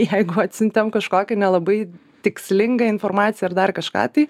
jeigu atsiuntėm kažkokią nelabai tikslingą informaciją ar dar kažką tai